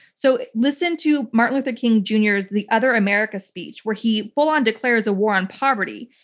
so listen to martin luther king jr's, the other america speech, where he full-on declares a war on poverty.